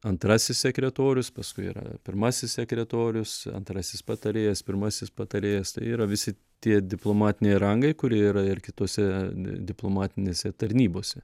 antrasis sekretorius paskui yra pirmasis sekretorius antrasis patarėjas pirmasis patarėjas tai yra visi tie diplomatiniai rangai kurie yra ir kitose diplomatinėse tarnybose